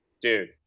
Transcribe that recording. dude